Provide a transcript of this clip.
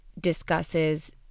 discusses